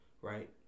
right